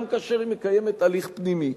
גם כאשר היא מקיימת הליך פנימי.